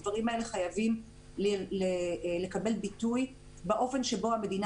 הדברים האלה חייבים לקבל ביטוי באופן בו המדינה